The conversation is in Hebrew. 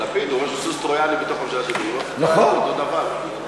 לפיד הוא לא סוס טרויאני בתוך הממשלה, נכון, נכון.